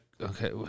okay